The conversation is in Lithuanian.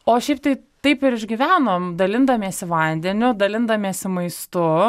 o šiaip tai taip ir išgyvenom dalindamiesi vandeniu dalindamiesi maistu